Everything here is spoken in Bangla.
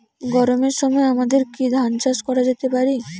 গরমের সময় আমাদের কি ধান চাষ করা যেতে পারি?